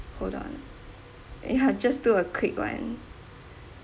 hold on ya just do a quick one